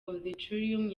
auditorium